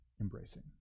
embracing